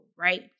right